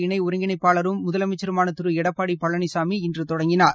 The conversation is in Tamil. இணை ஒருங்கிணைப்பாளரும் முதலமைச்சருமான திரு எடப்பாடி பழனிசாமி இன்று தொடங்கினார்